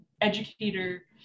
educator